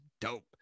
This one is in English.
dope